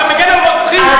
אתה מגן על רוצחים,